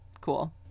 cool